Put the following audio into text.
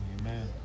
Amen